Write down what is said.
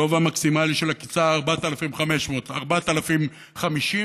גובה מקסימלי של הקצבה 4,500, 4,050,